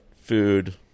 food